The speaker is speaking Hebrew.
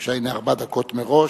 בבקשה, הנה ארבע דקות מראש.